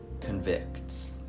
convicts